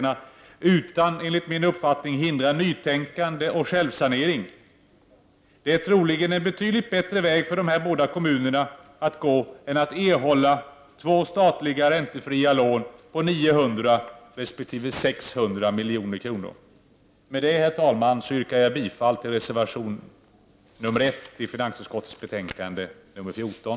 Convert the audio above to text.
Räntefria lån skapar inte bättre förutsättningar för de två städerna utan hindrar, enligt min mening, nytänkande och självsanering, som troligen är en betydligt bättre väg att gå för de här båda kommunerna än att erhålla två statliga räntefria lån på 900 resp. 600 milj.kr. Med detta, herr talman, yrkar jag bifall till reservation 1 till finansutskottets betänkande nr 14.